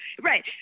Right